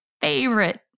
favorite